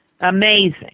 Amazing